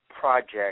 project